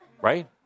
right